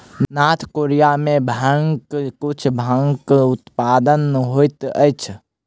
north Korea में भांगक किछ भागक उत्पादन होइत अछि